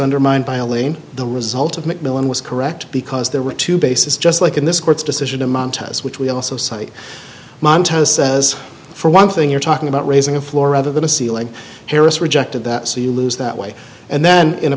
under signed by elaine the result of mcmillan was correct because there were two bases just like in this court's decision in montana which we also cite montana says for one thing you're talking about raising a floor rather than a ceiling harris rejected that so you lose that way and then in a